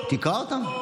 תקרא אותם.